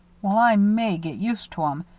well, i may get used to em.